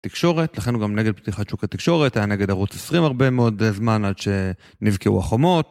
תקשורת, לכן הוא גם נגד פתיחת שוק התקשורת, היה נגד ערוץ 20 הרבה מאוד זמן עד שנבקעו החומות.